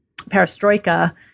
perestroika